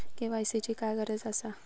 KYC ची काय गरज आसा?